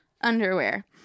underwear